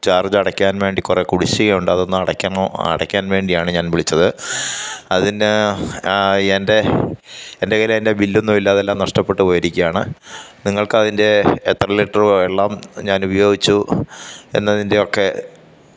ചാര്ജടയ്ക്കാന് വേണ്ടി കുറെ കുടിശ്ശികയുണ്ട് അതൊന്നടയ്ക്കണോ അടയ്ക്കാന് വേണ്ടിയാണ് ഞാന് വിളിച്ചത് അതിന് എന്റെ എന്റെ കൈയ്യിൽ അതിന്റെ ബില്ലൊന്നുമില്ല അതെല്ലാം നഷ്ടപ്പെട്ട് പോയിരിക്കുകയാണ് നിങ്ങള്ക്ക് അതിന്റെ എത്ര ലിറ്ററ് വെള്ളം ഞാൻ ഉപയോഗിച്ചു എന്നതിന്റെയൊക്കെ